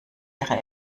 ihre